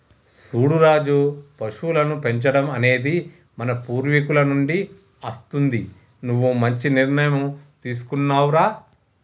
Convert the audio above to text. సూడు రాజు పశువులను పెంచడం అనేది మన పూర్వీకుల నుండి అస్తుంది నువ్వు మంచి నిర్ణయం తీసుకున్నావ్ రా